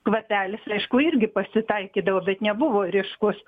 kvapelis aišku irgi pasitaikydavo bet nebuvo ryškus